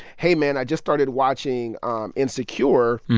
hey, man, i just started watching um insecure.